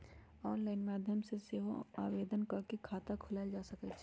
online माध्यम से सेहो आवेदन कऽ के खता खोलायल जा सकइ छइ